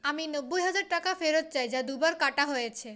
আমি নব্বই হাজার টাকা ফেরত চাই যা দু বার কাটা হয়েছে